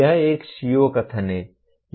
यह एक CO कथन है